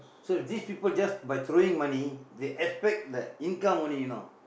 so if these people just by throwing money they expect the income only you know